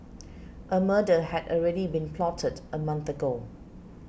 a murder had already been plotted a month ago